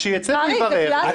שיצא ויברר.